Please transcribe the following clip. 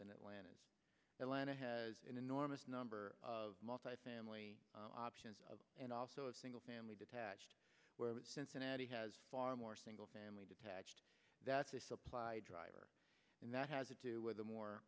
than atlanta is atlanta has an enormous number of family options and also a single family detached where cincinnati has far more single family detached that's a supply driver and that has to do with a more